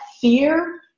fear